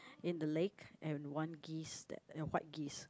in the lake and one geese that white geese